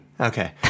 Okay